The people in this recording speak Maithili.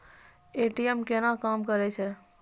ए.टी.एम केना काम करै छै?